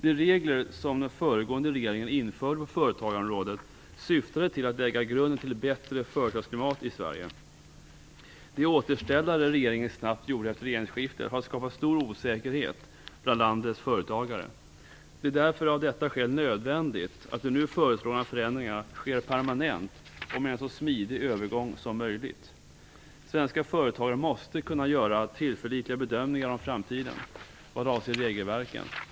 De regler som den föregående regeringen införde på företagarområdet syftade till att lägga grunden till ett bättre företagsklimat i Sverige. De återställare som den nya regeringen snabbt gjorde efter regeringsskiftet har skapat stor osäkerhet bland landets företagare. Det är därför av detta skäl nödvändigt att de nu föreslagna förändringarna sker permanent och med en så smidig övergång som möjligt. Svenska företagare måste kunna göra tillförlitliga bedömningar om framtiden vad avser regelverken.